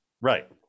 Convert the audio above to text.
Right